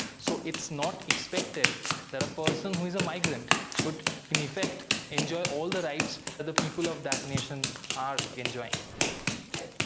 so it is not expected that a person who is a migrant would in effect enjoy all the rights that the people of that nation are enjoying hi,